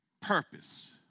purpose